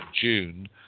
June